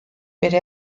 bere